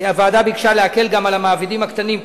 הוועדה ביקשה להקל גם על המעבידים הקטנים,